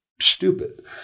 stupid